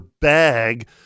bag